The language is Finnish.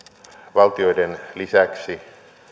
valtioiden lisäksi